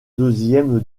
deuxièmes